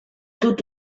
dut